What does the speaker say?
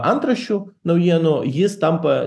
antraščių naujienų jis tampa